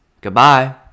Goodbye